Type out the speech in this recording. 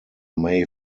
may